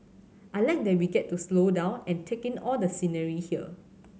I like that we get to slow down and take in all the scenery here